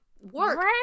Work